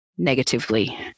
negatively